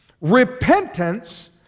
repentance